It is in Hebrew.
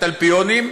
התלפיונים,